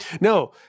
No